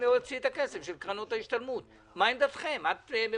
הלוואה על חשבון קרן ההשתלמות שזו בדרך כלל